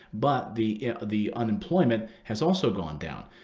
but the the unemployment has also gone down.